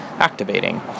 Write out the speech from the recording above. activating